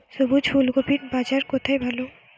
সবুজ ফুলকপির বাজার কোথায় ভালো?